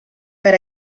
per